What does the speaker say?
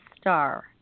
star